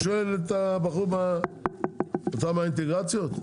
אתה מהאינטגרציות?